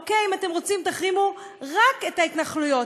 אוקיי, אם אתם רוצים, תחרימו רק את ההתנחלויות.